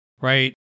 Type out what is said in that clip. right